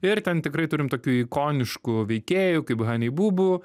ir ten tikrai turim tokių ikoniškų veikėjų kaip hani bubų